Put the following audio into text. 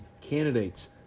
candidates